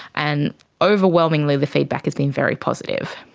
and overwhelmingly the feedback has been very positive.